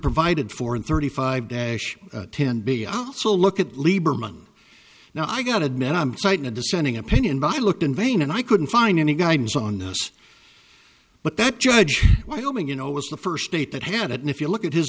provided for in thirty five days ten b out so look at lieberman now i gotta admit i'm citing a dissenting opinion by looked in vain and i couldn't find any guidance on this but that judge wyoming you know was the first state that had it and if you look at his